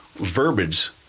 verbiage